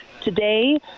today